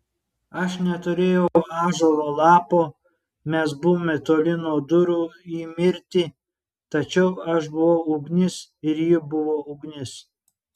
aš neturėjau ąžuolo lapo mes buvome toli nuo durų į mirtį tačiau aš buvau ugnis ir ji buvo ugnis